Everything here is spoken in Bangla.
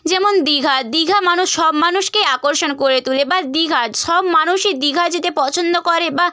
যেমন দীঘা দীঘা মানুষ সব মানুষকেই আকর্ষণ করে তোলে বা দীঘা সব মানুষই দীঘা যেতে পছন্দ করে বা